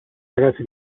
ragazzi